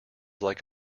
like